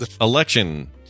Election